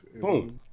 boom